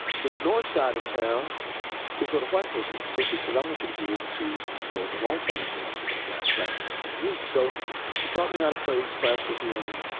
the north side of town was where the white folks lived. so she says, i want you to be able to go on the white side of town and play kind of classical music. so she taught me how to play classical piano.